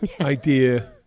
idea